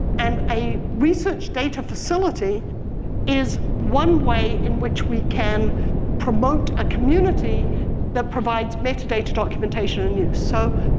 and a research data facility is one way in which we can promote a community that provides metadata documentation and use. so,